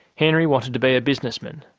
henry wanted to be a businessman.